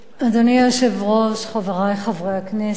אדוני היושב-ראש, חברי חברי הכנסת,